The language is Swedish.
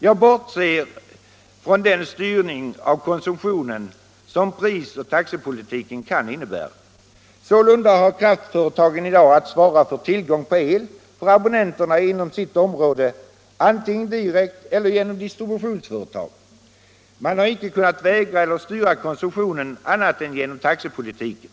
Jag bortser då från den styrning av konsumtionen som prisoch taxepolitiken kan innebära. Sålunda har kraftföretagen i dag att svara för tillgång på el för abonnenterna inom sitt område antingen direkt eller genom distributionsföretag. Man har inte kunnat vägra eller styra konsumtionen annat än genom taxepolitiken.